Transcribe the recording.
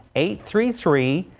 eight, three, three,